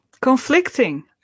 conflicting